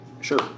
sure